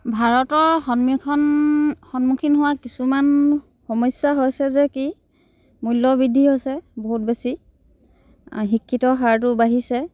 ভাৰতৰ সন্মুখন সন্মুখীন হোৱা কিছুমান সমস্যা হৈছে যে কি মূল্য বৃদ্ধি হৈছে বহুত বেছি শিক্ষিতৰ হাৰটো বাঢ়িছে